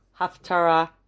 Haftarah